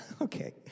Okay